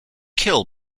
kill